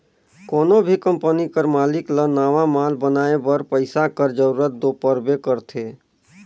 कोनो भी कंपनी कर मालिक ल नावा माल बनाए बर पइसा कर जरूरत दो परबे करथे